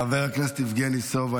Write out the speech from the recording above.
חבר הכנסת יבגני סובה,